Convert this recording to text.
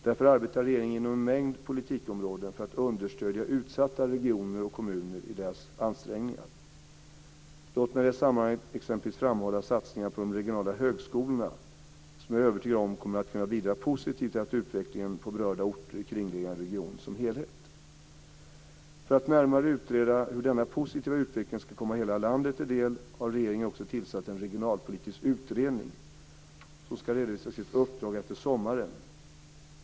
Därför arbetar regeringen inom en mängd politikområden för att understödja utsatta regioner och kommuner i deras ansträngningar. Låt mig i det sammanhanget t.ex. framhålla satsningarna på de regionala högskolorna, som jag är övertygad om kommer att bidra positivt till utvecklingen på berörda orter och i kringliggande region som helhet. För att närmare utreda hur denna positiva utveckling ska komma hela landet till del har regeringen också tillsatt en regionalpolitisk utredning som ska redovisa sitt uppdrag efter sommaren.